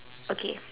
okay